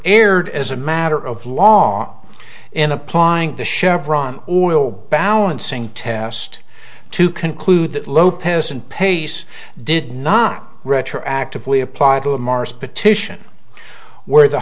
erred as a matter of law in applying the chevron oil balancing test to conclude that lopez and pace did not retroactively applied to a mars petition where